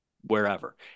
wherever